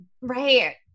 Right